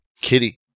kitty